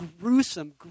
gruesome